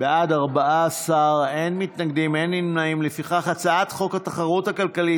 להעביר את הצעת חוק התחרות הכלכלית